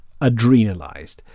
adrenalised